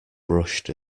brushed